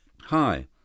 Hi